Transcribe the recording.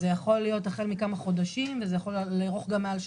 זה יכול להיות החל מכמה חודשים וזה יכול לארוך גם מעל שנה,